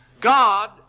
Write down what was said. God